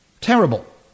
Terrible